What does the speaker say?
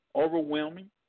overwhelming